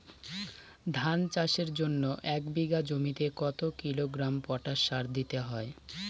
ধান চাষের জন্য এক বিঘা জমিতে কতো কিলোগ্রাম পটাশ সার দিতে হয়?